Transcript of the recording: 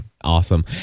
Awesome